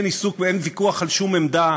אין ויכוח על שום עמדה,